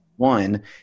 One